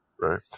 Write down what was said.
Right